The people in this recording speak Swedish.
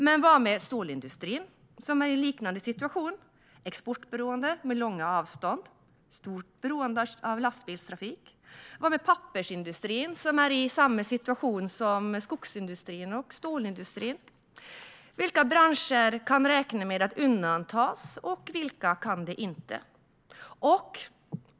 Men hur är det med stålindustrin, som är i en liknande situation - exportberoende och med långa avstånd och stort beroende av lastbilstrafik? Hur är det med pappersindustrin, som är i samma situation som skogsindustrin och stålindustrin? Vilka branscher kan räkna med att undantas, och vilka kan det inte?